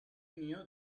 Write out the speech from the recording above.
knew